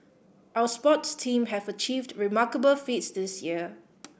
our sports teams have achieved remarkable feats this year